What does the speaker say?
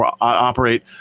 operate